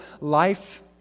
life